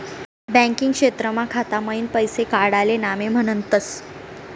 banking क्षेत्रमा खाता मईन पैसा काडाले नामे म्हनतस